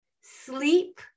sleep